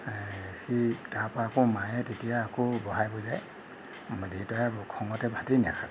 সেই তাৰপৰা আকৌ মায়ে তেতিয়া আকৌ বহাই বুজাই দেউতাই খঙতে ভাতেই নাখালে